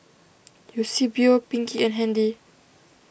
Eusebio Pinkie and Handy